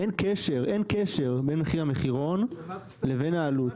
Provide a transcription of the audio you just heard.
אין קשר, אין קשר בין מחיר המחירון לבין העלות.